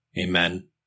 Amen